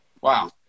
Wow